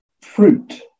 fruit